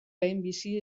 lehenbizi